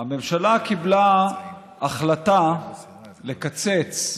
הממשלה קיבלה החלטה לקצץ,